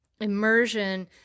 immersion